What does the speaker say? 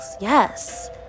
Yes